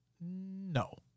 no